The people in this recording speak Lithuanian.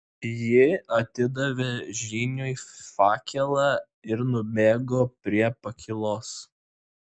ji atidavė žyniui fakelą ir nubėgo prie pakylos